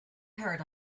heard